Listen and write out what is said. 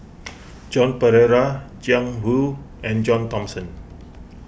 Joan Pereira Jiang Hu and John Thomson